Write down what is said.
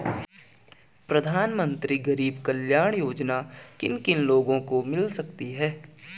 प्रधानमंत्री गरीब कल्याण योजना किन किन लोगों को मिल सकती है?